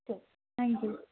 ശരി thank U